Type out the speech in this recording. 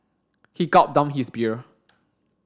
he gulped down his beer